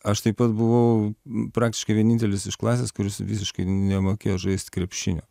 aš taip pat buvau praktiškai vienintelis iš klasės kuris visiškai nemokėjo žaist krepšinio